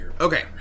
Okay